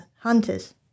hunters